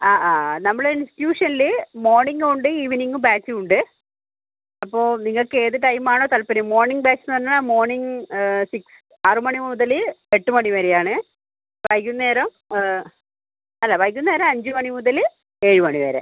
ആ ആ നമ്മള ഇൻസ്റ്റിറ്റ്യൂഷനിൽ മോർണിംഗും ഉണ്ട് ഈവനിംഗ് ബാച്ചും ഉണ്ട് അപ്പോൾ നിങ്ങൾക്ക് ഏത് ടൈം ആണോ താൽപ്പര്യം മോർണിംഗ് ബാച്ച് പറഞ്ഞാൽ മോർണിംഗ് സിക്സ് ആറ് മണി മുതൽ എട്ട് മണി വരെ ആണ് വൈകുന്നേരം അല്ല വൈകുന്നേരം അഞ്ച് മണി മുതൽ ഏഴ് മണി വരെ